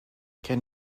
can